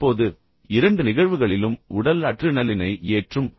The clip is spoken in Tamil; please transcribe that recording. இப்போது இரண்டு நிகழ்வுகளிலும் உடல் அட்ரினலினை ஏற்றும்